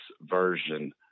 version